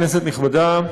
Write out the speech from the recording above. כנסת נכבדה,